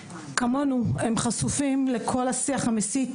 כמונו, הם חשופים לכל השיח המסית